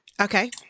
Okay